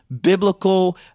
biblical